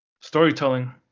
storytelling